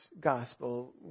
gospel